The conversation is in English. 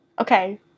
Okay